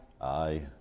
Aye